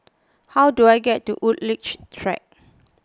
How do I get to Woodleigh Track